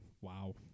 Wow